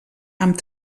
amb